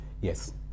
Yes